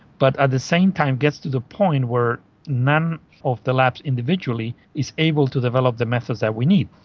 but at the same time gets to the point where none of the labs individually is able to develop the methods that we need.